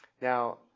Now